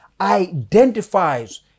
identifies